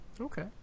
Okay